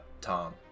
Tom